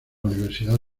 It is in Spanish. universidad